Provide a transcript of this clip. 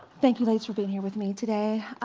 thank you ladies for being here with me today.